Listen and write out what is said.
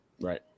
Right